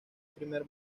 primer